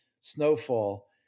snowfall